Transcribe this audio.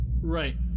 Right